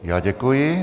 Já děkuji.